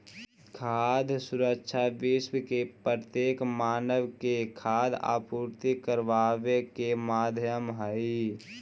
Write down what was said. खाद्य सुरक्षा विश्व के प्रत्येक मानव के खाद्य आपूर्ति कराबे के माध्यम हई